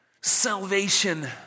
salvation